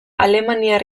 alemaniar